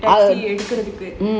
எடுக்கறதுக்கு:edukarathuku